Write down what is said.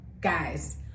Guys